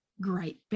great